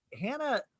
Hannah